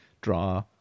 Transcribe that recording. draw